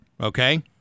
Okay